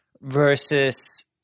versus